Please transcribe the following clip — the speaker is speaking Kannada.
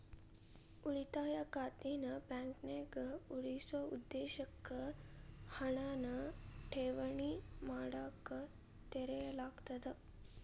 ಉಳಿತಾಯ ಖಾತೆನ ಬಾಂಕ್ನ್ಯಾಗ ಉಳಿಸೊ ಉದ್ದೇಶಕ್ಕ ಹಣನ ಠೇವಣಿ ಮಾಡಕ ತೆರೆಯಲಾಗ್ತದ